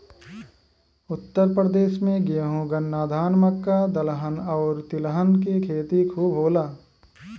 उत्तर प्रदेश में गेंहू, गन्ना, धान, मक्का, दलहन आउर तिलहन के खेती खूब होला